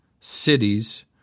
cities